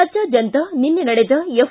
ರಾಜ್ಯಾದ್ಯಂತ ನಿನ್ನೆ ನಡೆದ ಎಫ್